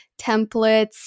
templates